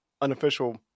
unofficial